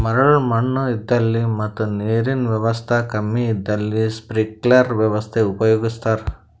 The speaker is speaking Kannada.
ಮರಳ್ ಮಣ್ಣ್ ಇದ್ದಲ್ಲಿ ಮತ್ ನೀರಿನ್ ವ್ಯವಸ್ತಾ ಕಮ್ಮಿ ಇದ್ದಲ್ಲಿ ಸ್ಪ್ರಿಂಕ್ಲರ್ ವ್ಯವಸ್ಥೆ ಉಪಯೋಗಿಸ್ತಾರಾ